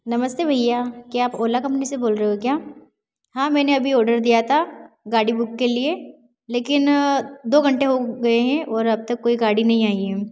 नमस्ते भैया क्या आप ओला कम्पनी से बोल रहे हो क्या हाँ मैंने अभी ऑर्डर दिया था गाड़ी बुक के लिए लेकिन दो घंटे हो गए हैं और अब तक कोई गाड़ी नहीं आई है